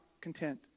content